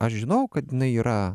aš žinojau kad jinai yra